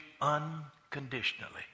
unconditionally